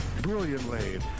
brilliantly